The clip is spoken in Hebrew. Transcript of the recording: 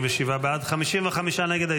47 בעד, 55 נגד.